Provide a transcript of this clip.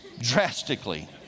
drastically